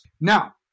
Now